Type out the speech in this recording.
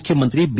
ಮುಖ್ಯಮಂತ್ರಿ ಬಿ